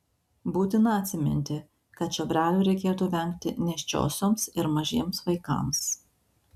būtina atsiminti kad čiobrelių reikėtų vengti nėščiosioms ir mažiems vaikams